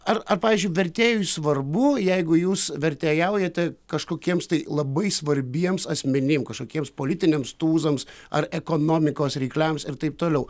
ar ar pavyzdžiui vertėjui svarbu jeigu jūs vertėjaujate kažkokiems tai labai svarbiems asmenim kažkokiems politiniams tūzams ar ekonomikos rykliams ir taip toliau